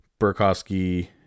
Burkowski